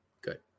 Good